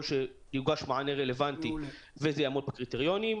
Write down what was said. שיוגש מענה רלוונטי וזה יעמוד בקריטריונים,